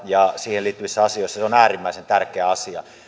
ja siihen liittyvissä asioissa se on äärimmäisen tärkeä asia